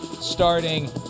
starting